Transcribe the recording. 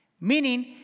meaning